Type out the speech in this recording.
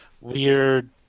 weird